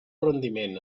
rendiment